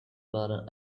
button